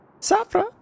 Safra